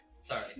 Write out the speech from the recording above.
sorry